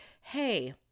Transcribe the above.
hey